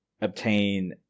obtain